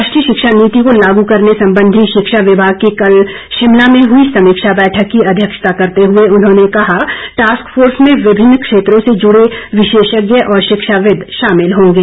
राष्ट्रीय शिक्षा नीति को लागू करने सम्बन्धी शिक्षा विभाग की कल शिमला में हुई समीक्षा बैठक की अध्यक्षता करते हुए उन्होंने कहा टास्क फोर्स में विभिन्न क्षेत्रों से जुड़े विशेषज्ञ और शिक्षाविद् शामिल होंगे